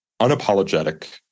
unapologetic